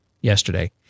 yesterday